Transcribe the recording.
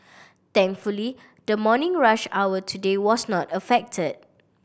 thankfully the morning rush hour today was not affected